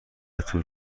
طول